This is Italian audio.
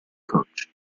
coach